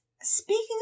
Speaking